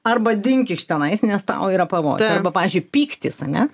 arba dink iš tenais nes tau yra pavojus arba pavyzdžiui pyktis ane